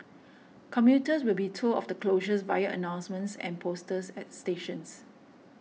commuters will be told of the closures via announcements and posters at stations